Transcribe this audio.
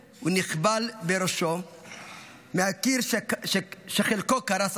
הוא נחבל בראשו מהקיר, שחלקו קרס עליו,